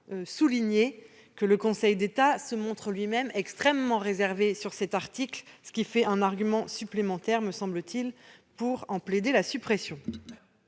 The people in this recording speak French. souligner que le Conseil d'État est lui-même extrêmement réservé sur cet article, ce qui donne un argument supplémentaire, me semble-t-il, pour en plaider la suppression.